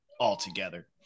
altogether